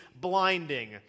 blinding